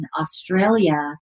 Australia